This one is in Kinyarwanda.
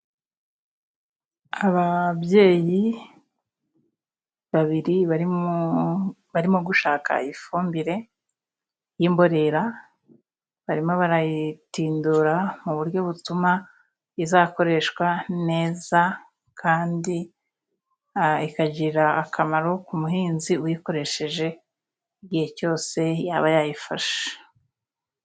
Ababyeyi babiri bari, barimo gushaka ifumbire y'imborera. Barimo barayitindura mu buryo butuma izakoreshwa neza, kandi ikagirira akamaro ku muhinzi uyikoresheje, igihe cyose yaba yayifashe.